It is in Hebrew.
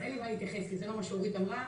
אז אין לי מה להתייחס מעבר למה שאורית סטרוק אמרה.